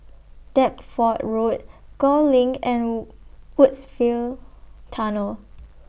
Deptford Road Gul LINK and Woodsville Tunnel